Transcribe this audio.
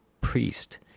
priest